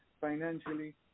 financially